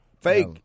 Fake